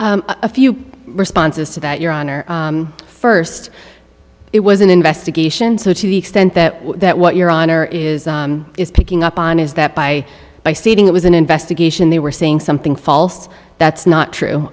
words a few responses to that your honor first it was an investigation so to the extent that that what your honor is picking up on is that by by stating it was an investigation they were saying something false that's not true